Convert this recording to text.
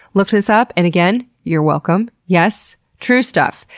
looked this up and again, you're welcome. yes. true stuff.